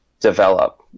develop